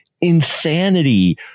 insanity